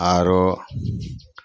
आरो